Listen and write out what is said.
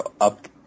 up